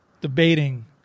debating